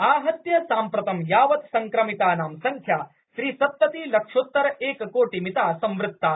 आहत्य साम्प्रतं यावत् संक्रमितानां संख्या त्रिसप्तति लक्षोत्तर एककोटिमिता संवृत्ता